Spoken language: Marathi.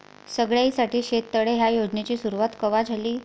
सगळ्याइसाठी शेततळे ह्या योजनेची सुरुवात कवा झाली?